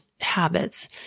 habits